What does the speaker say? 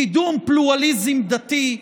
קידום פלורליזם דתי,